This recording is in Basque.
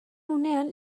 unean